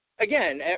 again